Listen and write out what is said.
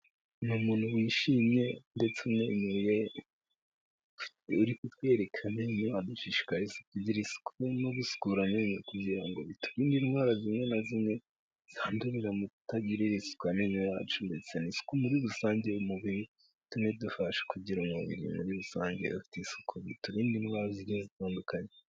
Ni umuntu wishimye ndetse umwenyuye uri kutwereka amenyo adushishikariza kugira isuku no gusukura amenyo kugira ngo biturinde indwara zimwe na zimwe zandurira mukutagirira isuku amenyo yacu ndetse n'isuku muri rusange y'umubiri bitume dufashwa kugira umubiri muri rusange ufite isuku biturinde indwara zitandukanye.